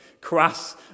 crass